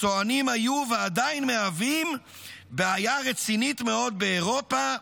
הצוענים היו ועדיין מהווים בעיה רצינית מאוד באירופה,